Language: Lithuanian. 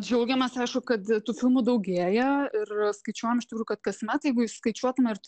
džiaugiamės aišku kad tų filmų daugėja ir skaičiuojam iš tikrųjų kad kasmet jeigu skaičiuotume ir